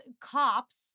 cops